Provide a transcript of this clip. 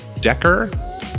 decker